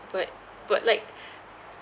but but like